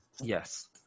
yes